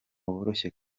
woroshye